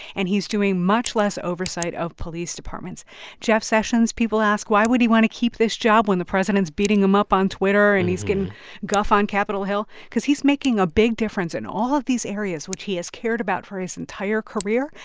and he's doing much less oversight of police departments jeff sessions people ask, why would he want to keep this job when the president's beating him up on twitter and he's getting guff on capitol hill? because he's making a big difference in all of these areas which he has cared about for his entire career.